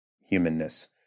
humanness